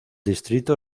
distrito